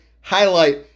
highlight